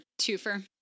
twofer